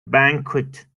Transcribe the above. banquet